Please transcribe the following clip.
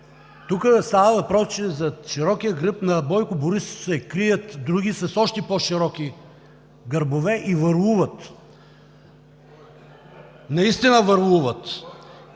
Тук става въпрос, че зад широкия гръб на Бойко Борисов се крият други с още по-широки гърбове и върлуват. Наистина върлуват.